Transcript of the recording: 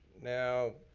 now,